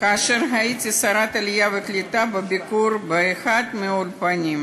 כאשר הייתי שרת העלייה והקליטה בביקורי באחד מהאולפנים.